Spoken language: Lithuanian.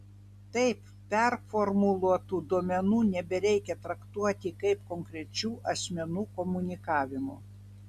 taip performuluotų duomenų nebereikia traktuoti kaip konkrečių asmenų komunikavimo